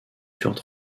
furent